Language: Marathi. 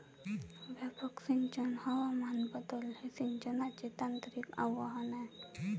व्यापक सिंचन हवामान बदल हे सिंचनाचे तांत्रिक आव्हान आहे